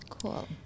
cool